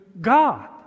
God